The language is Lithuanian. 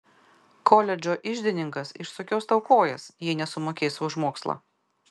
koledžo iždininkas išsukios tau kojas jei nesumokėsi už mokslą